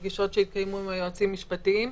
פגישות שהתקיימו עם היועצים המשפטיים.